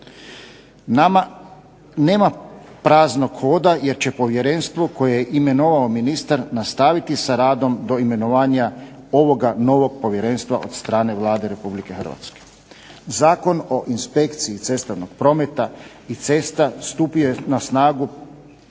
Nama nema praznog hoda jer će povjerenstvo koje je imenovao ministar nastaviti sa radom do imenovanja ovog novog Povjerenstva od strane Vlade Republike Hrvatske. Zakon o inspekciji cestovnog prometa i cesta stupio je na snagu